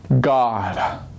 God